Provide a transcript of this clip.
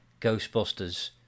Ghostbusters